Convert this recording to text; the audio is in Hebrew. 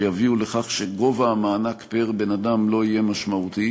שיביאו לכך שגובה המענק פר בן-אדם לא יהיה משמעותי,